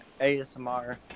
ASMR